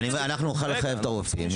אנחנו נוכל לחייב את הרופאים,